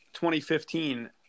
2015